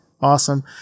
awesome